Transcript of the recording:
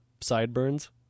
sideburns